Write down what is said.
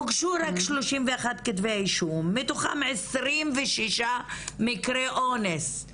הוגשו רק 31 כתבי אישום ומתוכם 26 מקרי אונס,